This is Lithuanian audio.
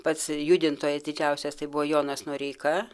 pats judintojas didžiausias tai buvo jonas noreika